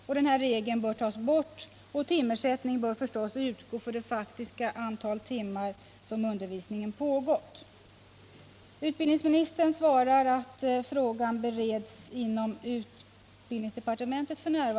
Regeln bör därför tas bort och timersättningen utgå för det faktiska antal timmar då undervisning pågått. Utbildningsministern svarar att frågan f. n. bereds inom utbildningsdepartementet.